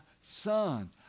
son